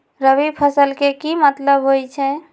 रबी फसल के की मतलब होई छई?